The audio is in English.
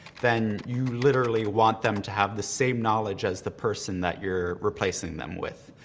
then you literally want them to have the same knowledge as the person that you're replacing them with.